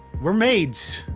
we're maids.